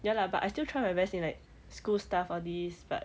ya lah but I still try my best in like school stuff are these but